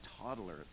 toddler